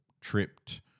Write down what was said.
tripped